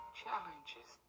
challenges